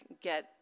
get